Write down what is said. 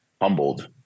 humbled